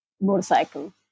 motorcycle